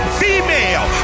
female